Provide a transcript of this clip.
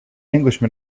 englishman